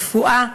רפואה,